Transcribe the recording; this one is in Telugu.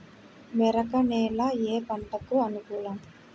మెరక నేల ఏ పంటకు అనుకూలం?